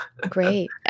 Great